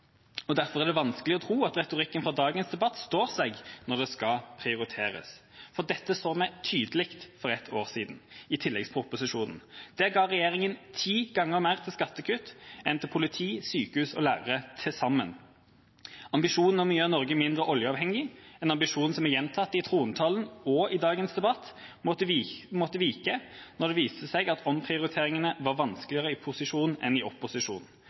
skattekuttene. Derfor er det vanskelig å tro at retorikken fra dagens debatt står seg når det skal prioriteres, for dette så vi tydelig for ett år siden i tilleggsproposisjonen. Der ga regjeringa ti ganger mer til skattekutt enn til politi, sykehus og lærere til sammen. Ambisjonen om å gjøre Norge mindre oljeavhengig, en ambisjon som er gjentatt i trontalen og i dagens debatt, måtte vike når det viste seg at omprioriteringene var vanskeligere i posisjon enn i